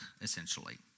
essentially